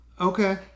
okay